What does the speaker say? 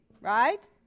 right